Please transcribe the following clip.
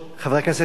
חברי הכנסת,